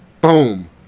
boom